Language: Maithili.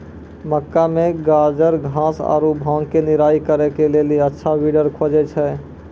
मक्का मे गाजरघास आरु भांग के निराई करे के लेली अच्छा वीडर खोजे छैय?